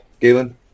Galen